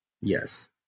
yes